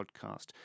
podcast